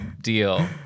deal